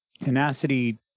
tenacity